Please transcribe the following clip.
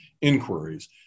inquiries